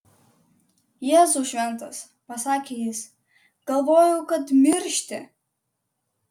jėzau šventas pasakė jis galvojau kad miršti